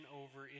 over